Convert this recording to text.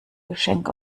geschenk